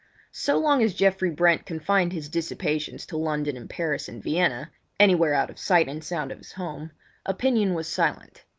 so long as geoffrey brent confined his dissipations to london and paris and vienna anywhere out of sight and sound of his home opinion was silent.